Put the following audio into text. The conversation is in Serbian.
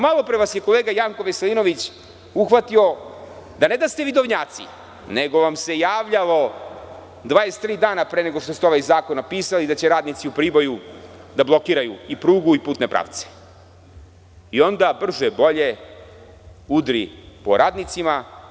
Malopre vas je kolega Janko Veselinović uhvatio da ne da ste vidovnjaci nego vam se javljalo 23 dana pre nego što ste ovaj zakon napisali da će radnici u Priboju da blokiraju i prugu i putne pravce i onda brže bolje udri po radnicima.